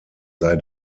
sei